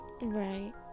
Right